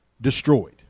destroyed